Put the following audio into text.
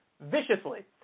viciously